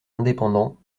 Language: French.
indépendants